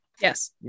Yes